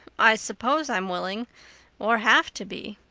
i suppose i'm willing or have to be.